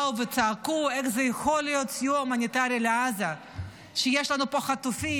באו וצעקו: איך יכול להיות סיוע הומניטרי לעזה כשיש לנו פה חטופים,